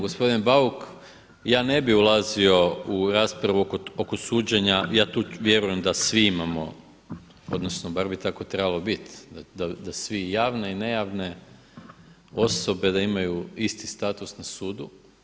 Gospodine Bauk, ja ne bih ulazio u raspravu oko suđenja, ja tu vjerujem da svi imamo odnosno bar bi tako trebalo biti da svi javne i nejavne osobe da imaju isti status na sudu.